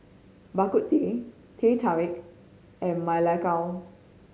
Bak Kut Teh Teh Tarik and Ma Lai Gao